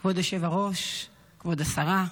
כבוד היושב-ראש, כבוד השרה,